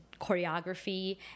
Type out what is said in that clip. choreography